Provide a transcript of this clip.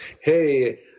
hey